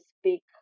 speak